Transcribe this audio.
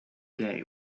day